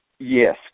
Yes